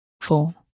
four